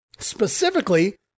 Specifically